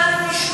למה אין לזה טעם?